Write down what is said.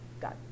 got